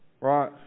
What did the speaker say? Right